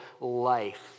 life